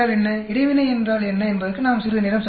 இடைவினை என்றால் என்ன என்பதற்கு நாம் சிறிது நேரம் செலவிடுவோம்